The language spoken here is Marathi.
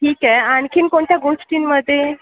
ठीक आहे आणखीन कोणत्या गोष्टींमध्ये